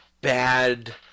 bad